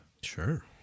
Sure